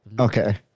Okay